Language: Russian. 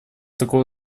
такого